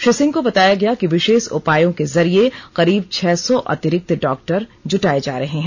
श्री सिंह को बताया गया कि विशेष उपायों के जरिये करीब छह सौ अतिरिक्त डॉक्टर जूटाये जा रहे हैं